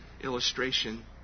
illustration